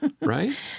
Right